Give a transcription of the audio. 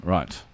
Right